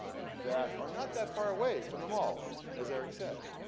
that are not that far away from the mall, as eric said.